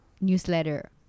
newsletter